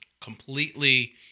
completely